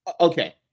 Okay